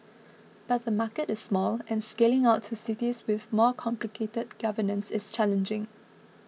but the market is small and scaling out to cities with more complicated governance is challenging